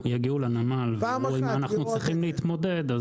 לנמל ויראו עם מה אנחנו צריכים להתמודד,